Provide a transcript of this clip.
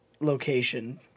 location